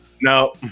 No